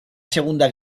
segunda